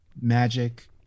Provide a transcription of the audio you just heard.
Magic